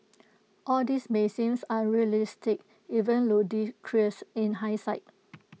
all this may seem unrealistic even ludicrous in hide sight